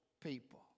people